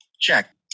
Check